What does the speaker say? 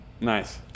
nice